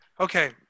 Okay